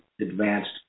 advanced